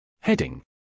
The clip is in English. Heading